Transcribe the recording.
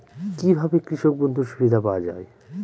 কি ভাবে কৃষক বন্ধুর সুবিধা পাওয়া য়ায়?